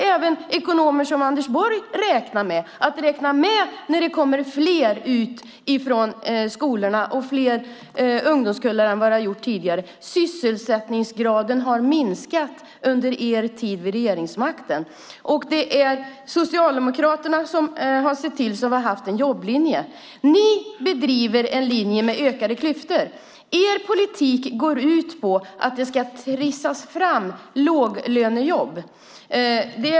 Även ekonomer som Anders Borg får räkna med det när det kommer ut fler från skolorna och större ungdomskullar än tidigare. Sysselsättningsgraden har minskat under er tid vid regeringsmakten. Det är Socialdemokraterna som har sett till att vi har haft en jobblinje. Ni bedriver en linje med ökade klyftor. Er politik går ut på att det ska trissas fram låglönejobb.